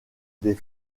des